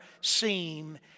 seem